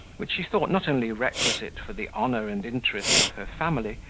which she thought not only requisite for the honour and interest of her family,